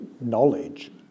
knowledge